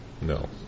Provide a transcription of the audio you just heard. No